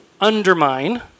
undermine